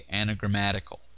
anagrammatical